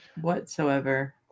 whatsoever